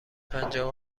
پنجاه